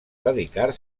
dedicar